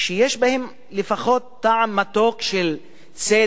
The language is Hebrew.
שיש בהם לפחות טעם מתוק של צדק,